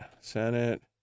senate